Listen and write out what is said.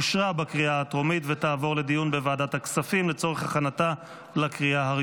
לוועדת הכספים נתקבלה.